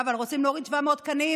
אבל רוצים להוריד 700 תקנים.